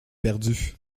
perdue